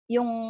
Yung